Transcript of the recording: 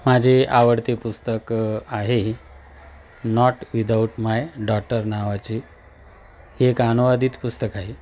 माझे आवडते पुस्तक आहे नॉट विदाऊट माय डॉटर नावाचे हे एक अनुवादित पुस्तक आहे